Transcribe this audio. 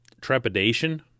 trepidation